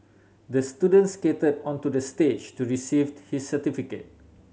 the student skated onto the stage to receive his certificate